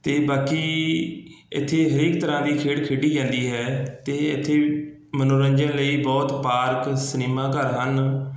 ਅਤੇ ਬਾਕੀ ਇੱਥੇ ਹਰੇਕ ਤਰ੍ਹਾਂ ਦੀ ਖੇਡ ਖੇਡੀ ਜਾਂਦੀ ਹੈ ਅਤੇ ਇੱਥੇ ਮਨੋਰੰਜਨ ਲਈ ਬਹੁਤ ਪਾਰਕ ਸਿਨੇਮਾ ਘਰ ਹਨ